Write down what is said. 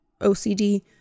OCD